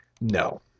No